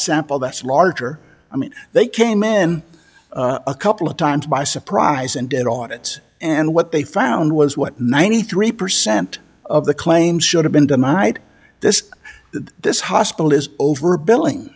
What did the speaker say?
sample that's larger i mean they came in a couple of times by surprise and debt on it and what they found was what ninety three percent of the claims should have been to might this this hospital is over billing